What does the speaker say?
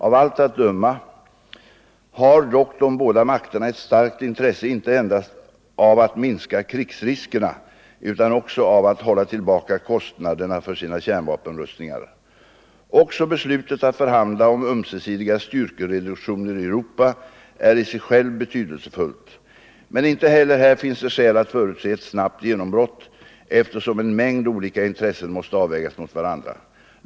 Av allt att döma har dock de två makterna ett starkt intresse inte endast av att minska krigsriskerna utan också av att hålla tillbaka kostnaderna för sina kärnvapenrustningar. Också beslutet att förhandla om ömsesidiga styrkereduktioner i Europa är i sig självt betydelsefullt. Men inte heller här finns det skäl att förutse ett snabbt genombrott, eftersom en mängd olika intressen måste avvägas mot varandra.